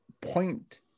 point